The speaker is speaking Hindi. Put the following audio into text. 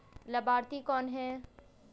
लाभार्थी कौन है?